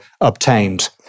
obtained